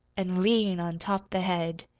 an' lean on top the head.